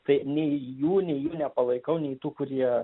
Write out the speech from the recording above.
tai nei jų nei jų nepalaikau nei tų kurie